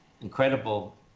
Incredible